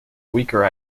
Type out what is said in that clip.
weaker